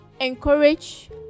encourage